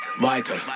vital